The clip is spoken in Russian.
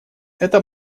это